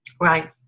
Right